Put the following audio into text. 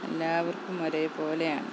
എല്ലാവർക്കും ഒരേ പോലെയാണ്